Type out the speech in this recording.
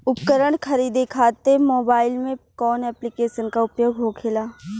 उपकरण खरीदे खाते मोबाइल में कौन ऐप्लिकेशन का उपयोग होखेला?